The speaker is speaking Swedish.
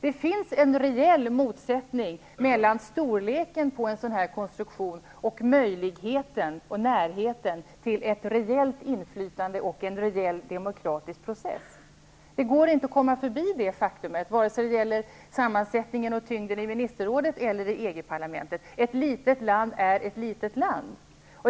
Det finns en reell motsättning mellan storleken på en sådan konstruktion och möjligheten och närheten till ett rejält inflytande och en rejäl demokratisk process. Det går inte att komma förbi detta faktum, vare sig det gäller sammansättningen och tyngden i Minsterrådet eller i EG-parlamentet. Ett litet land är ett litet land.